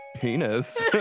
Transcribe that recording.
penis